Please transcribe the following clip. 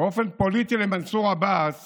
באופן פוליטי למנסור עבאס